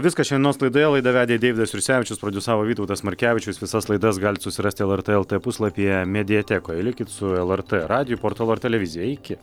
viskas šiandienos laidoje laidą vedė deividas jursevičius produsiavo vytautas markevičius visas laidas galite susirasti lrt lt puslapyje mediatekoje likit su lrt radijui portalu ir televizija iki